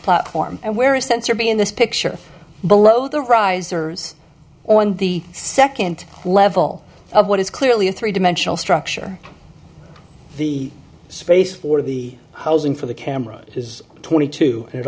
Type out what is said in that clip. platform and where a sensor be in this picture below the risers or in the second level of what is clearly a three dimensional structure the space for the housing for the camera is twenty two and it